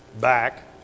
back